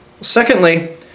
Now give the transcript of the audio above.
Secondly